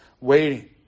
waiting